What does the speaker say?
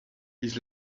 his